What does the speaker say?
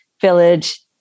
village